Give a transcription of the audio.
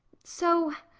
so.